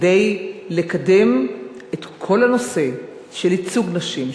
כדי לקדם את כל הנושא של ייצוג נשים,